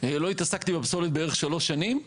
ולא התעסקתי בפסולת בערך שלוש שנים.